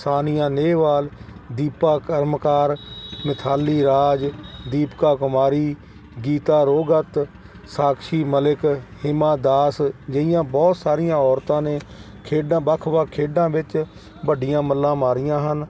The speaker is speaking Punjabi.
ਸਾਨੀਆ ਨੇਹਵਾਲ ਦੀਪਾ ਕਰਮਕਾਰ ਮਿਥਾਲੀ ਰਾਜ ਦੀਪਕਾ ਕੁਮਾਰੀ ਗੀਤਾ ਰੋਹਗਤ ਸਾਕਸ਼ੀ ਮਲਿਕ ਹਿਮਾਦਾਸ ਜਿਹੀਆਂ ਬਹੁਤ ਸਾਰੀਆਂ ਔਰਤਾਂ ਨੇ ਖੇਡਾਂ ਵੱਖ ਵੱਖ ਖੇਡਾਂ ਵਿੱਚ ਵੱਡੀਆਂ ਮੱਲਾਂ ਮਾਰੀਆਂ ਹਨ